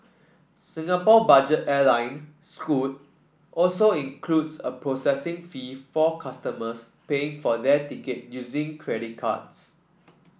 Singapore budget airline Scoot also includes a processing fee for customers paying for their ticket using credit cards